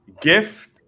gift